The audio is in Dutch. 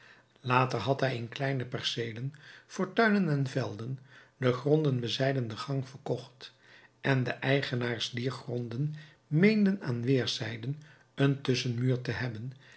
later had hij in kleine perceelen voor tuinen en velden de gronden bezijden de gang verkocht en de eigenaars dier gronden meenden aan weerszijden een tusschenmuur te hebben